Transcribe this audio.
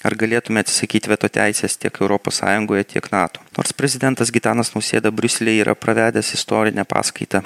ar galėtume atsisakyt veto teisės tiek europos sąjungoje tiek nato nors prezidentas gitanas nausėda briuselyje yra pravedęs istorinę paskaitą